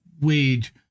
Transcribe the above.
wage